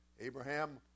Abraham